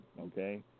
okay